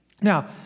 Now